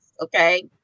Okay